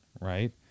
right